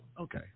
Okay